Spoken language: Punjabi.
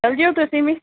ਚਲ ਜਿਓ ਤੁਸੀਂ ਵੀ